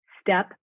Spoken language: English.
step